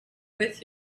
with